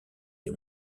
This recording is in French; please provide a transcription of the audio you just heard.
des